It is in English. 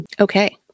okay